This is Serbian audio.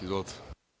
Izvolite.